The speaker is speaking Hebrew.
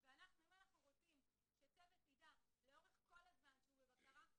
אם אנחנו רוצים שצוות יידע לאורך כל הזמן שהוא בבקרה,